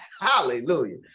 Hallelujah